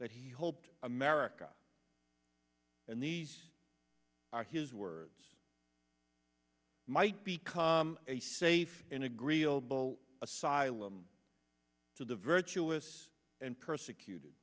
that he hoped america and these are his words might become a safe in agreeable asylum to the virtuous and persecuted